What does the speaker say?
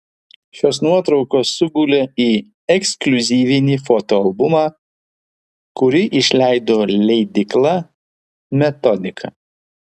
šios nuotraukos sugulė į ekskliuzyvinį fotoalbumą kurį išleido leidykla metodika